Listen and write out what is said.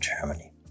Germany